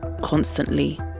constantly